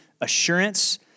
Assurance